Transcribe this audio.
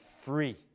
free